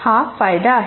हा फायदा आहे